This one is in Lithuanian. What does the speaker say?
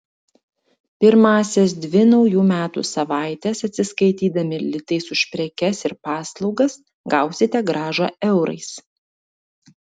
pirmąsias dvi naujų metų savaites atsiskaitydami litais už prekes ir paslaugas gausite grąžą eurais